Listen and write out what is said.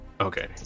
Okay